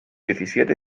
diecisiete